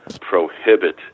prohibit